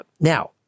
now